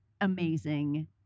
amazing